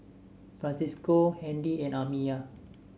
Francisco Handy and Amiyah